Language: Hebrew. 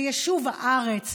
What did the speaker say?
ביישוב הארץ,